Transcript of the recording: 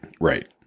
Right